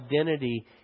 identity